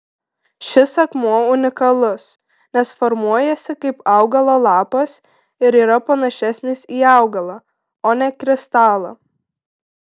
šis akmuo unikalus nes formuojasi kaip augalo lapas ir yra panašesnis į augalą o ne kristalą